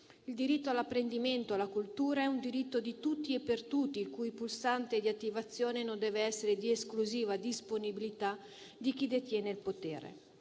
Il diritto all'apprendimento e alla cultura è un diritto di tutti e per tutti, il cui pulsante di attivazione non deve essere di esclusiva disponibilità di chi detiene il potere.